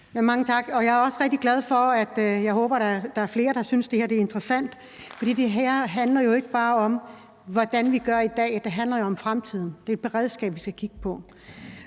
Liselott Blixt (DF): Mange tak. Jeg håber da, at der er flere, der synes, at det her er interessant, for det her handler jo ikke bare om, hvordan vi gør i dag. Det handler jo om fremtiden. Det er et beredskab, vi skal kigge på.